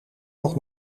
nog